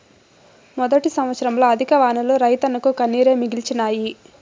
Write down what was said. మొదటి సంవత్సరంల అధిక వానలు రైతన్నకు కన్నీరే మిగిల్చినాయి